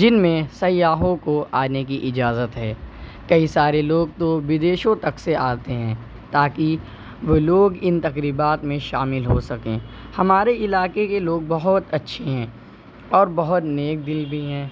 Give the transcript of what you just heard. جن میں سیاحوں کو آنے کی اجازت ہے کئی سارے لوگ تو ودیشوں تک سے آتے ہیں تاکہ وہ لوگ ان تقریبات میں شامل ہو سکیں ہمارے علاقے کے لوگ بہت اچھے ہیں اور بہت نیک دل بھی ہیں